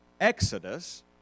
Exodus